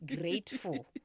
grateful